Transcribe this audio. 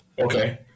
Okay